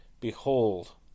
behold